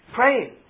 praying